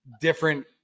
different